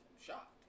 shocked